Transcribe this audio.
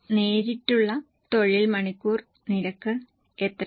നേരിട്ടുള്ള തൊഴിൽ മണിക്കൂർ നിരക്ക് എത്രയാണ്